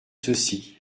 ceci